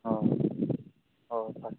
ꯑꯥ ꯍꯣꯏ ꯍꯣꯏ ꯐꯔꯦ